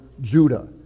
Judah